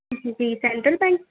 G central bank